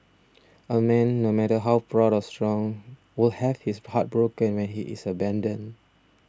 a man no matter how proud or strong will have his heart broken when he is abandoned